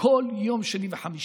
כל שני וחמישי,